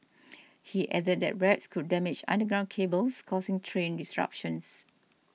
he added that rats could damage underground cables causing train disruptions